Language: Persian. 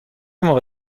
موقع